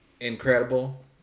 incredible